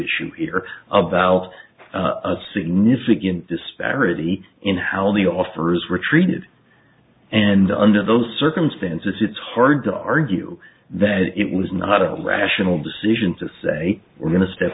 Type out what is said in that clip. issue here about a significant disparity in how the officers were treated and under those circumstances it's hard to argue that it was not a rational decision to say we're going to step